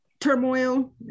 turmoil